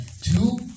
Two